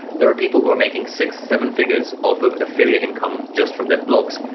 there are people who are making six, seven figures off of affiliate income, just from their blogs,